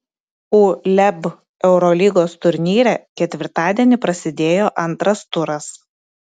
uleb eurolygos turnyre ketvirtadienį prasidėjo antras turas